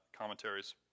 commentaries